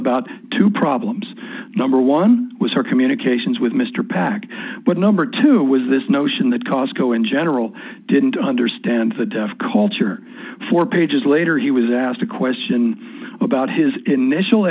about two problems number one was her communications with mr pac but number two was this notion that costco in general didn't understand the culture four pages later he was asked a question about his initial